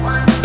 One